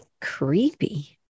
creepy